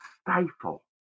stifle